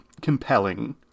compelling